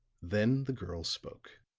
then the girl spoke.